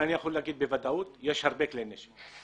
יכול לומר בוודאות שיש הרבה כלי נשק.